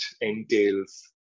entails